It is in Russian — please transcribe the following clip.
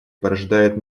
порождает